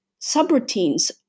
subroutines